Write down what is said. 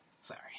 sorry